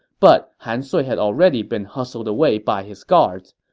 but he so had already been hustled away by his guards.